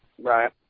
Right